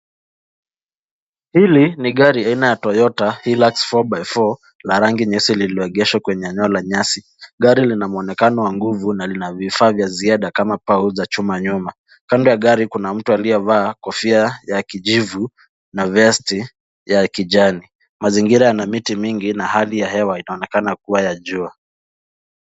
Hili ni gari aina ya Toyota Hilux 4x4 la rangi nyeusi lililopigwa picha kwenye anga la nyeusi. Gari lina mwonekano wa nguvu na lina vifaa vya ziada kama paa hifadhi nyuma. Kando ya gari kuna mtu aliyevaa kofia ya kijivu na fulana ya kijani. Mazingira yana miti mingi na hali ya hewa inaonekana kuwa ya jua.